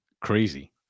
crazy